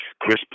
Chris